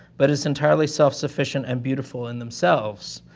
but as entirely self-sufficient and beautiful in themselves.